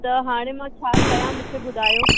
त हाणे मां छा कया मूंखे ॿुधायो